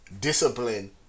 discipline